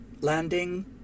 Landing